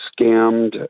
scammed